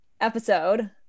episode